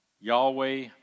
Yahweh